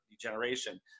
degeneration